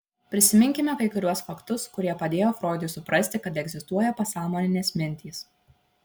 prisiminkime kai kuriuos faktus kurie padėjo froidui suprasti kad egzistuoja pasąmoninės mintys